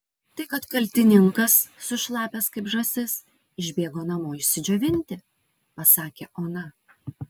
tai kad kaltininkas sušlapęs kaip žąsis išbėgo namo išsidžiovinti pasakė ona